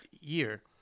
year